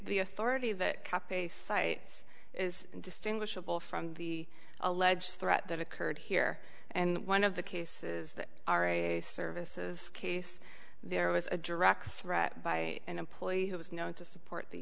the authority that kept a fight is indistinguishable from the alleged threat that occurred here and one of the cases that are a services case there was a direct threat by an employee who was known to support the